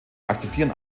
akzeptieren